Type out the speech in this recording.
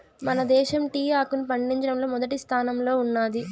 మన దేశం టీ ఆకును పండించడంలో మొదటి స్థానంలో ఉన్నాది